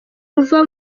ruva